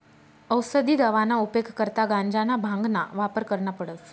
औसदी दवाना उपेग करता गांजाना, भांगना वापर करना पडस